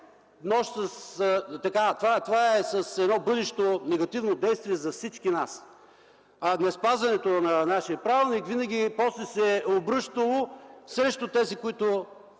това е с едно бъдещо негативно действие за всички нас. А неспазването на нашия правилник винаги после се е обръщало срещу тези, които